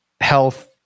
health